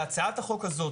בהצעת החוק הזו,